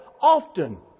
often